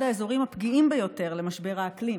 האזורים הפגיעים ביותר למשבר האקלים,